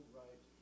right